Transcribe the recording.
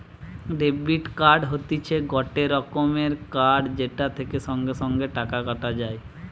debit card হতিছে গটে রকমের কার্ড যেটা থেকে সঙ্গে সঙ্গে টাকা কাটা যায়